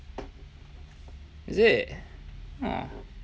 is it oh